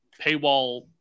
paywall